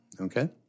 Okay